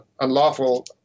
unlawful